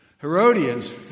Herodians